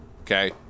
Okay